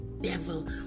devil